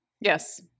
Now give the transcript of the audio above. Yes